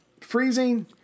freezing